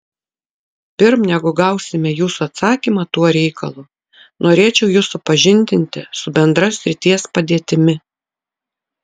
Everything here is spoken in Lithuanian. pirm negu gausime jūsų atsakymą tuo reikalu norėčiau jus supažindinti su bendra srities padėtimi